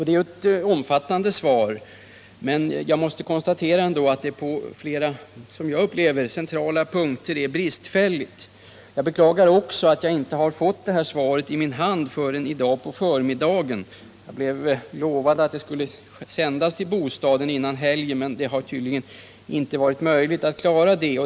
Det är ett omfattande svar, men jag måste ändå konstatera att det på flera — som jag upplever det — centrala punkter är bristfälligt. Jag beklagar också att jag inte har fått svaret i min hand förrän i dag på förmiddagen. Man hade lovat att det skulle sändas till bostaden före helgen, men det har tydligen inte varit möjligt att klara det.